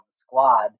squad